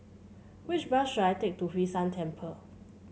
which bus should I take to Hwee San Temple